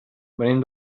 venim